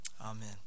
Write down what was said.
Amen